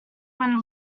when